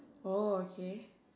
okay